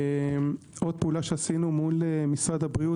עוד פעולה שעשינו מול משרד הבריאות,